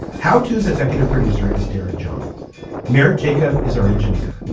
how tos executive producer is derek john merritt. jacob is our engineer.